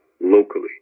locally